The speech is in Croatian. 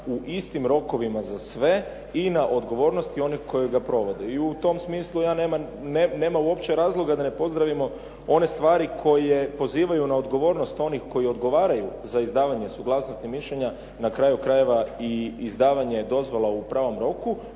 u istim rokovima za sve i na odgovornost onih koji ga provode. I u tom smislu nema uopće razloga da ne pozdravimo one stvari koje pozivaju na odgovornost onih koji odgovaraju za izdavanje suglasnosti i mišljenja. Na kraju krajeva i izdavanje dozvola u pravom roku.